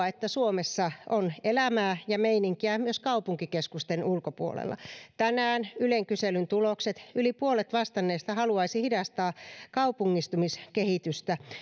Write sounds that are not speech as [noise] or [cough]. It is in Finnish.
[unintelligible] että suomessa on elämää ja meininkiä myös kaupunkikeskusten ulkopuolella tänään ylen kyselyn tulokset yli puolet vastanneista haluaisi hidastaa kaupungistumiskehitystä